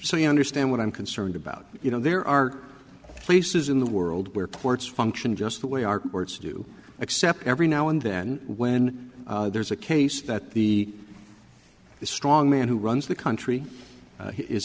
so you understand what i'm concerned about you know there are places in the world where courts function just the way our courts do except every now and then when there's a case that the the strong man who runs the country is